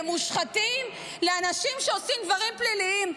למושחתים ולאנשים שעושים דברים פליליים.